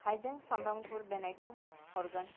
हायजें सामब्राम गुफुर देनायखौ हरगोन